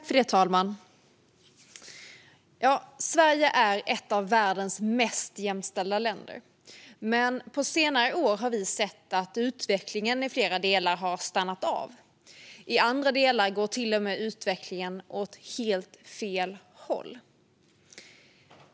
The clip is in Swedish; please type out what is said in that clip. Fru talman! Sverige är ett av världens mest jämställda länder, men på senare år har vi sett att utvecklingen i flera delar har stannat av. I andra delar går utvecklingen till och med åt helt fel håll.